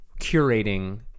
curating